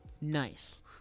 Nice